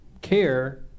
care